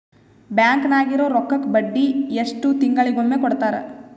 Bank ನಾಗಿರೋ ರೊಕ್ಕಕ್ಕ ಬಡ್ಡಿ ಎಷ್ಟು ತಿಂಗಳಿಗೊಮ್ಮೆ ಕೊಡ್ತಾರ?